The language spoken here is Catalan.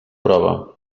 prova